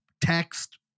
text